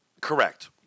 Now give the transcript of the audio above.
Correct